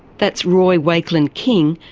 that's roy wakelin-king,